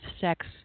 sex